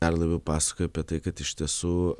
dar labiau pasakojo apie tai kad iš tiesų